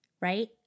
right